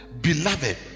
beloved